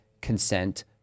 consent